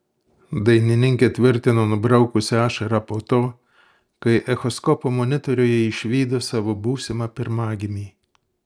dainininkė tvirtino nubraukusi ašarą po to kai echoskopo monitoriuje išvydo savo būsimą pirmagimį